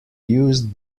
used